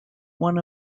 one